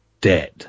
dead